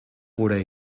gure